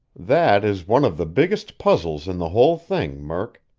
that is one of the biggest puzzles in the whole thing, murk.